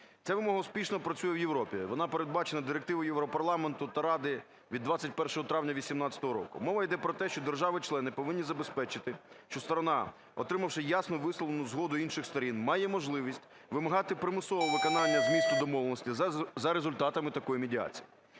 Ця вимога успішно працює в Європі. Вона передбачена Директивою Європарламенту та Ради від 21 травня 18-го року. Мова іде про те, що держави-члени повинні забезпечити, що сторона, отримавши ясно висловлену згоду інших сторін, має можливість вимагати примусове виконання змісту домовленостей за результатами такої медіації.